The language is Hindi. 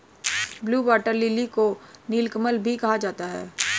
ब्लू वाटर लिली को नीलकमल भी कहा जाता है